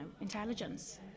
intelligence